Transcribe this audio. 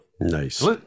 nice